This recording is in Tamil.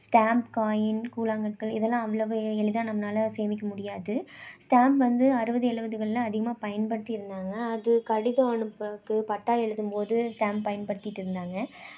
ஸ்டாம்ப் காயின் கூழாங்கற்கள் இதெல்லாம் அவ்வளவு எளிதாக நம்மளால சேமிக்க முடியாது ஸ்டாம்ப் வந்து அறுபது எழுவதுகளில் அதிகமாக பயன்படுத்தி இருந்தாங்க அது கடிதம் அனுப்புறத்துக்கு பட்டா எழுதும் போதும் ஸ்டாம்ப் பயன்படுத்திட்டு இருந்தாங்க